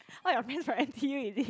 all your friends from N_T_U is it